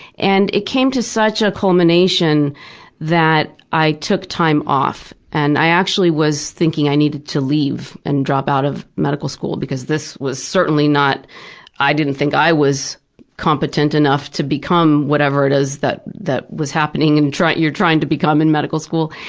and it came to such a culmination that i took time off, and i actually was thinking i needed to leave and drop out of medical school, because this was certainly not i didn't think i was competent enough to become whatever it is that that was happening and that you're trying to become in medical school.